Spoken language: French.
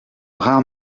rares